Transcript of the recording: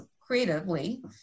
creatively